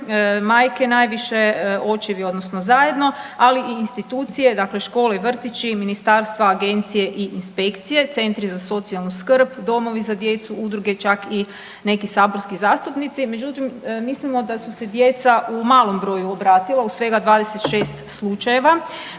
majke najviše, očevi odnosno zajedno, ali i institucije dakle, škole i vrtići, ministarstva, agencije i inspekcije, centri za socijalnu skrb, domovi za djecu, udruge, čak i neki saborski zastupnici. Međutim, mislimo da su se djeca u malom broju obratila. U svega 26 slučajeva,